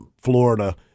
Florida